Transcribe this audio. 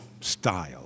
style